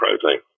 protein